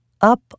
up